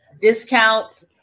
discount